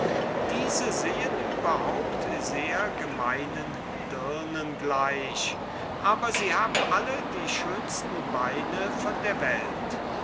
diese sehen überhaupt sehr gemeinen dirnen gleich aber sie haben alle die schönsten beine von der welt